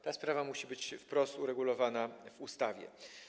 Ta sprawa musi być wprost uregulowana w ustawie.